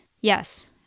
Yes